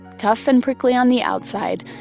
tough and prickly on the outside,